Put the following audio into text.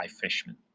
Fishman